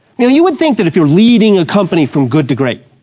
now you would think that if you're leading a company from good to great,